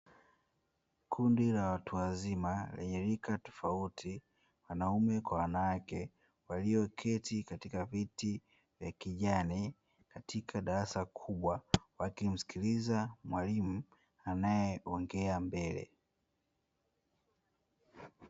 Kundi la watu wazima, lenye rika tofauti wanaume kwa wanawake, walioketi katika viti vya kijani, katika darasa kubwa, wakimsikiliza mwalimu anayeongea mbele.